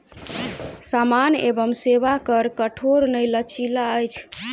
सामान एवं सेवा कर कठोर नै लचीला अछि